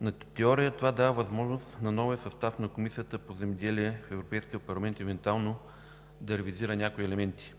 На теория това дава възможност на новия състав на Комисията по земеделие в Европейския парламент евентуално да ревизира някои елементи.